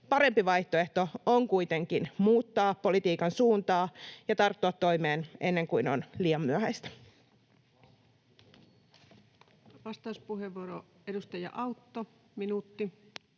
Parempi vaihtoehto on kuitenkin muuttaa politiikan suuntaa ja tarttua toimeen ennen kuin on liian myöhäistä. Vastauspuheenvuoro, edustaja Autto, minuutti.